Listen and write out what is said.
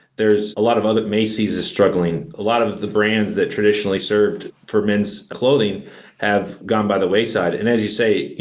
there's a lot of other macy's is struggling. a lot of the brands that traditionally served for men's clothing have gone by the wayside. and as you say,